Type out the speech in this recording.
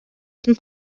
some